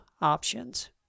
options